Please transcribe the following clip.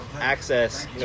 access